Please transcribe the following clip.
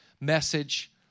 message